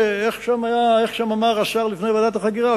איך אמר שם השר לפני ועדת החקירה?